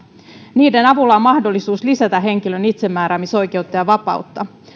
niiden avulla on mahdollisuus lisätä henkilön itsemääräämisoikeutta ja vapautta